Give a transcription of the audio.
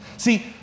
See